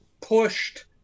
pushed